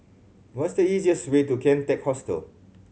what is the easiest way to Kian Teck Hostel